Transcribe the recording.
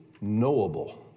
knowable